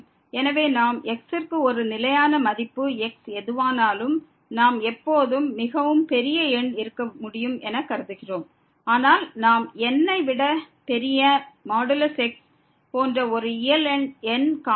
எனவே நாம் x ற்கு ஒரு நிலையான மதிப்பு x எதுவானாலும் நாம் எப்போதும் மிகவும் பெரிய எண் இருக்க முடியும் என கருதுகிறோம் ஆனால் நாம் n ஐ விட பெரிய x போன்ற ஒரு இயல் எண் nஐ காணலாம்